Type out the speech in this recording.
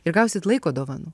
ir gausit laiko dovanų